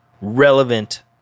relevant